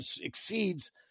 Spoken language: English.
exceeds